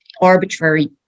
arbitrary